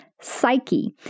psyche